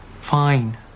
Fine